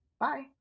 bye